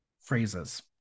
phrases